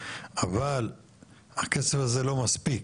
אבל הכסף הזה לא מספיק.